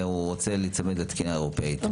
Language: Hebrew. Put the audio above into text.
ורוצה להיצמד לתקינה אירופאית?